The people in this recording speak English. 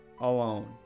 alone